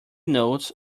notes